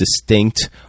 distinct